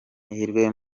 n’ihirwe